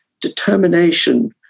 determination